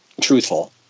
truthful